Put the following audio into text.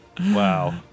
Wow